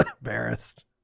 embarrassed